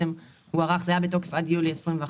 זה היה בתוקף עד יולי 2021,